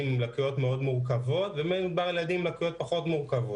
עם מוגבלויות מורכבות מאוד ובין ילדים עם לקויות פחות מורכבות.